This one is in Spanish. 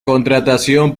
contratación